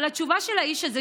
אבל התשובה של האיש הזה,